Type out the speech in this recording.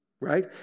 Right